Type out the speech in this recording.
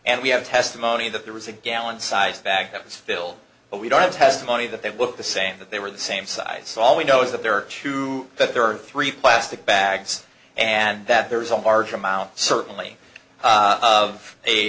and we have testimony that there was a gallon sized bag that was filled but we don't have testimony that they look the same that they were the same size so all we know is that there are two that there are three plastic bags and that there is a large amount certainly of a